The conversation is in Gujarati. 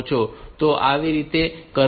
તો આ કેવી રીતે કરવું